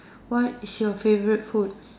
what is your favorite food